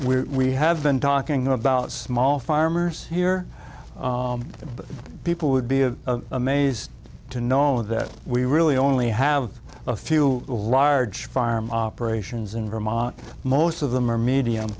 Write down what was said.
we have been talking about small farmers here but people would be a amaze to know that we really only have a few large farm operations in vermont most of them are medium